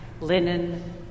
linen